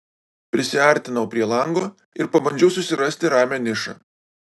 prisiartinau prie lango ir pabandžiau susirasti ramią nišą